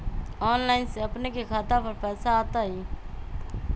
Online से अपने के खाता पर पैसा आ तई?